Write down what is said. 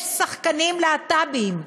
יש שחקנים להט"בים,